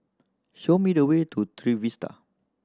show me the way to Trevista